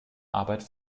arbeit